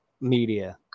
media